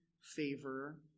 favor